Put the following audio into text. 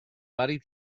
vari